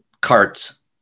carts